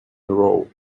roe